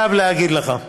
אדוני השר, כמה,